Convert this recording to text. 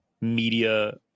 media